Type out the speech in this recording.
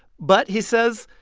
but, he says,